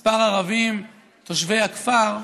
כמה ערבים תושבי הכפר,